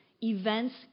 Events